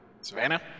Savannah